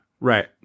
Right